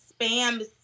spam